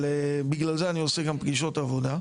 אבל, בגלל זה אני עושה גם פגישות עבודה.